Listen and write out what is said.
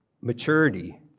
Maturity